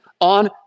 on